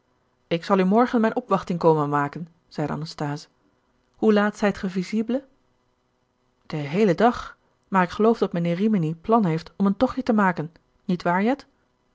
ik zal u morgen mijne opwachting komen maken zeide anasthase hoe laat zijt ge visible den heelen dag maar ik geloof dat mijnheer rimini plan heeft om een tochtje te maken nietwaar